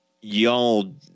y'all